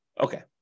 Okay